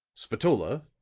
spatola,